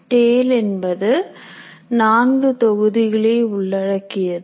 Dale என்பது நான்கு தொகுதிகளை உள்ளடக்கியது